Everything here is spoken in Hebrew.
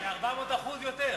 זה 400% יותר,